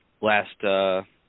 last